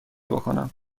بکنم